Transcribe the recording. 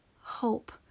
hope